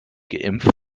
geimpft